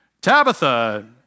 Tabitha